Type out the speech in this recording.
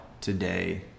today